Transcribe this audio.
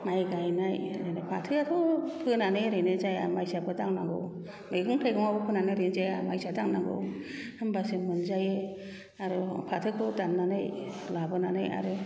माइ गायनाय फाथोआथ' फोनानानै ओरैनो जाया माइसाबो दांनांगौ मैगं थाइगंआबो फोनानै ओरैनो जाया माइसा दांनांगौ होमबासो मोनजायो आरो फाथोखौ दाननानै लाबोनानै आरो